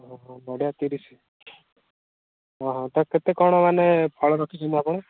ଓ ହ ନଡ଼ିଆ ତିରିଶି ହଁ ହଁ ତ କେତେ କ'ଣ ମାନେ ଫଳ ରଖିଛନ୍ତି ଆପଣ